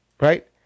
right